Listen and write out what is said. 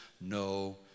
no